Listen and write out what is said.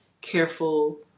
careful